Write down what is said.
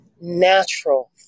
natural